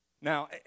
Now